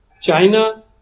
China